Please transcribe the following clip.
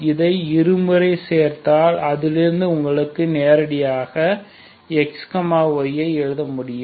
இதை இருமுறை செய்தால் இதிலிருந்து உங்களுக்கு நேரடியாக xy ஐ எழுத முடியும்